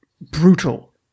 brutal